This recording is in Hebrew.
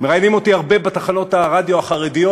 מראיינים אותי הרבה בתחנות הרדיו החרדיות.